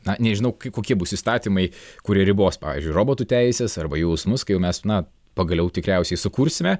na nežinau kokie bus įstatymai kurie ribos pavyzdžiui robotų teisės arba jausmus kai jau mes na pagaliau tikriausiai sukursime